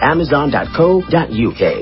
Amazon.co.uk